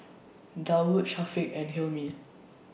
Daud Syafiq and Hilmi